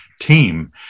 team